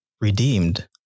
redeemed